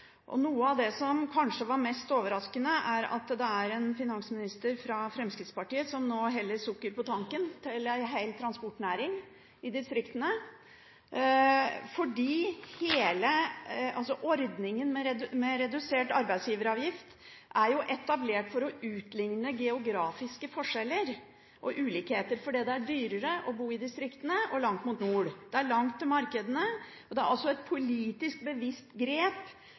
Noe av det som kanskje var mest overraskende, var at det er en finansminister fra Fremskrittspartiet som nå heller sukker på tanken til en hel transportnæring i distriktene, fordi ordningen med redusert arbeidsgiveravgift er etablert for å utlikne geografiske forskjeller og ulikheter, og det er dyrere å bo i distriktene og langt mot nord – det er langt til markedene. Det er også et politisk bevisst grep